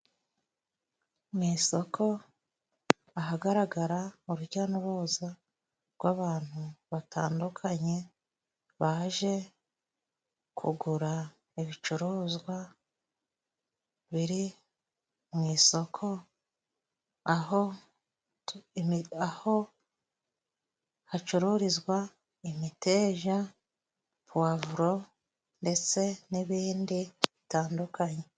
Mu isoko ahagaragara urujya n'uruza rw'abantu batandukanye baje kugura ibicuruzwa biri mu isoko, aho hacururizwa imiteja, puwavuro ndetse n'ibindi bitandukanye.